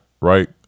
right